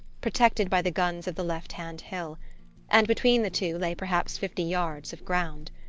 protected by the guns of the left hand hill and between the two lay perhaps fifty yards of ground.